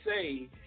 say